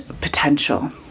potential